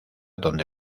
donde